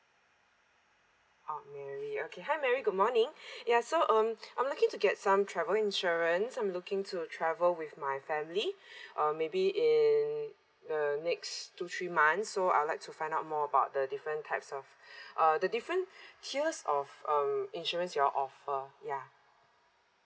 oh mary okay hi mary good morning ya so um I'm looking to get some travel insurance I'm looking to travel with my family uh maybe in the next two three months so I'll like to find out more about the different types of uh the different tiers of um insurance you all offer ya